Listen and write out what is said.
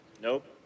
Nope